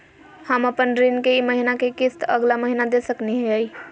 हम अपन ऋण के ई महीना के किस्त अगला महीना दे सकी हियई?